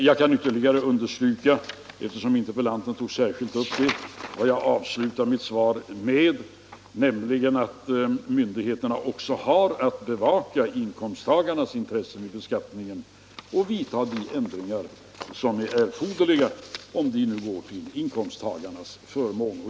Jag kan ytterligare understryka — eftersom interpellanten särskilt tog upp det — vad jag avslutade mitt svar med, nämligen att myndigheterna också har att bevaka inkomsttagarnas intresse vid beskattningen och vidta de ändringar som är erforderliga, om de nu går till inkomsttagarnas förmån.